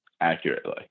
accurately